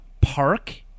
park